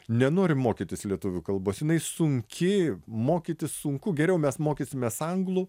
nenoriu mokytis lietuvių kalbos jinai sunki mokytis sunku geriau mes mokysimės anglų